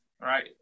right